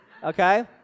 Okay